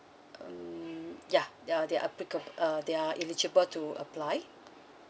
mm ya ya they are appli~ uh they are eligible to apply